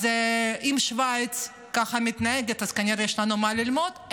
אז אם שווייץ מתנהגת כך, כנראה שיש לנו מה ללמוד.